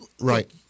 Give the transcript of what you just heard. Right